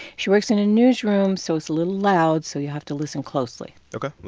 she works in a newsroom, so it's a little loud, so you'll have to listen closely ok,